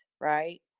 right